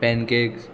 pan cakes